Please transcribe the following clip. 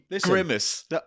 grimace